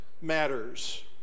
matters